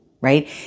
right